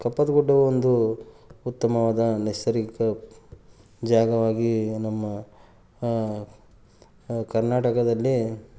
ಕಪ್ಪತ್ತ ಗುಡ್ಡವು ಒಂದು ಉತ್ತಮವಾದ ನೈಸರ್ಗಿಕ ಜಾಗವಾಗಿ ನಮ್ಮ ಕರ್ನಾಟಕದಲ್ಲಿ